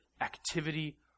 activity